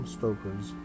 Stoker's